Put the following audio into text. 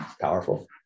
powerful